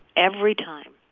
every time,